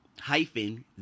hyphen